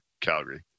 Calgary